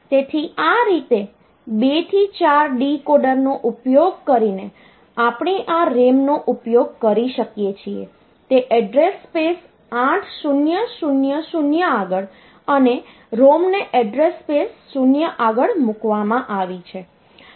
તેથી આ રીતે 2 થી 4 ડીકોડરનો ઉપયોગ કરીને આપણે આ RAM નો ઉપયોગ કરી શકીએ છીએ તે એડ્રેસ સ્પેસ 8000 આગળ અને ROM ને એડ્રેસ સ્પેસ 0 આગળ મૂકવામાં આવી છે